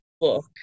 book